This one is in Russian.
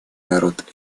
народ